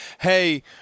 hey